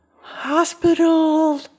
hospital